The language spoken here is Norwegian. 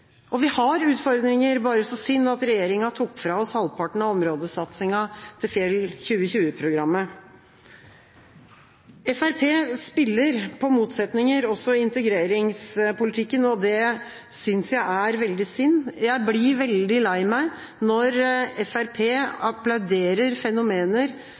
Og vi har utfordringer – bare så synd at regjeringa tok fra oss halvparten av områdesatsingen til Fjell 2020-programmet. Fremskrittspartiet spiller på motsetninger også i integreringspolitikken, og det synes jeg er veldig synd. Jeg blir veldig lei meg når Fremskrittspartiet applauderer fenomener